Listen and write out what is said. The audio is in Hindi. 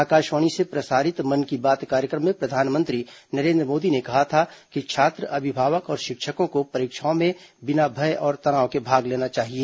आकाशवाणी से प्रसारित मन की बात कार्यक्रम में प्रधानमंत्री नरेन्द्र मोदी ने कहा था कि छात्र अभिभावक और शिक्षकों को परीक्षाओं में बिना भय और तनाव के भाग लेना चाहिए